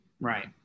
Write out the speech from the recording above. Right